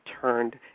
turned